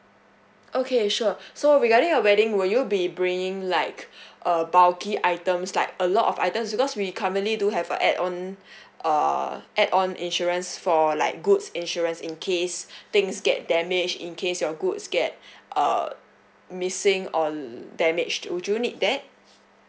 okay sure so regarding your wedding will you be bringing like uh bulky items like a lot of items because we currently do have a add on uh add on insurance for like goods insurance in case things get damaged in case your goods get uh missing or damaged would you need that